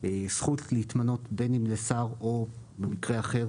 זכות ניתנות בין אם לשר או במקרה אחר,